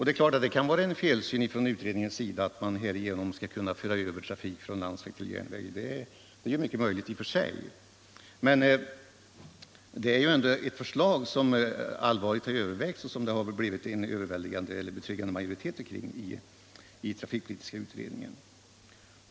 Det är klart att det i och för sig kan vara en felsyn från trafikpolitiska utredningens sida att vi härigenom skall kunna överföra trafik från landsväg till järnväg, men det är ändå ett förslag som allvarligt har övervägts och som vunnit en betryggande majoritet i utredningen.